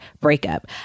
breakup